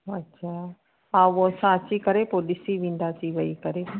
अच्छा हा हो असां अची करे पोइ ॾिसी वेंदासीं वेही करे